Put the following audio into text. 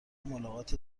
ملاقات